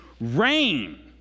rain